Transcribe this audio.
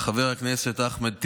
חבר הכנסת אחמד טיבי,